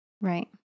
Right